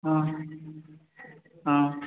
ஆ ஆ